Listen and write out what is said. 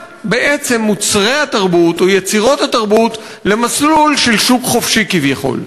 מוצרי התרבות או יצירות התרבות למסלול של שוק חופשי כביכול,